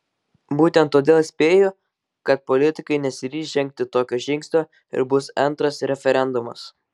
būtent todėl spėju kad politikai nesiryš žengti tokio žingsnio ir bus antras referendumas